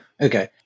Okay